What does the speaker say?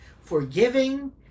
Forgiving